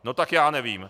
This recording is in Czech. No tak já nevím.